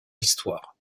histoire